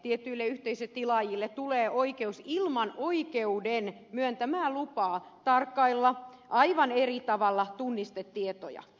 tietyille yhteisötilaajille tulee oikeus ilman oikeuden myöntämää lupaa tarkkailla aivan eri tavalla tunnistetietoja